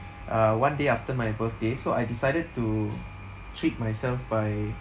uh one day after my birthday so I decided to treat myself by